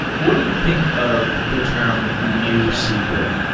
what do you think of the term newsql?